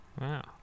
Wow